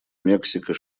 мексика